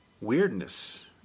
weirdness